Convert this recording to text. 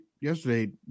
yesterday